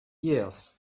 years